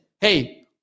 Hey